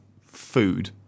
food